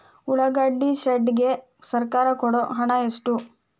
ಉಳ್ಳಾಗಡ್ಡಿ ಶೆಡ್ ಗೆ ಸರ್ಕಾರ ಕೊಡು ಹಣ ಎಷ್ಟು?